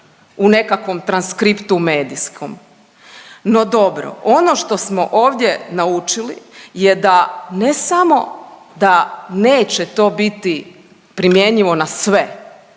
u nekakvom transkriptu medijskom, no dobro. Ono što smo ovdje naučili je da ne samo da neće to biti primjenjivo na sve